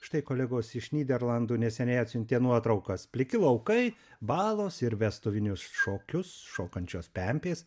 štai kolegos iš nyderlandų neseniai atsiuntė nuotraukas pliki laukai balos ir vestuvinius šokius šokančios pempės